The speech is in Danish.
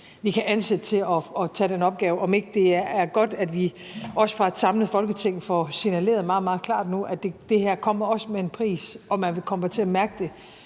vi kan ansætte til at tage den opgave – er det så ikke godt, at vi også fra et samlet Folketing får signaleret meget, meget klart, at det her også kommer med en pris, at man vil komme til at mærke det